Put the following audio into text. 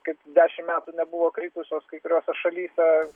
kaip dešim metų nebuvo kritusios kai kuriose šalyse